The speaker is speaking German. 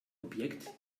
objekt